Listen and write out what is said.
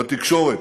בתקשורת,